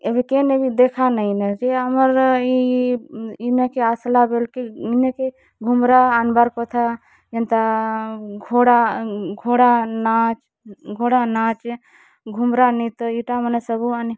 ଏବେ କେନ୍ ନ ଭି ଦେଖା ନାଇଁ ନ ସେ ଆମର୍ ଇ ଇନକେ ଆଶ୍ଲା ବେଲ୍ କେ ଇନକେ ଘୁମୁରା ଆନ୍ ବାର୍ କଥା ଯେନ୍ତା ଘୋଡ଼ା ଘୋଡ଼ା ନାଚ ଘୁମୁରା ନୃତ୍ୟ ଇଟା ମନେ ସବୁ